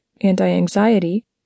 anti-anxiety